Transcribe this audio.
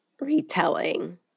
retelling